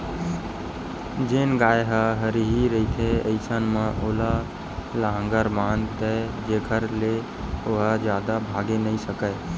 जेन गाय ह हरही रहिथे अइसन म ओला लांहगर बांध दय जेखर ले ओहा जादा भागे नइ सकय